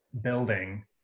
building